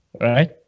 Right